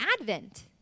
Advent